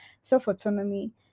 self-autonomy